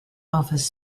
office